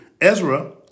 Ezra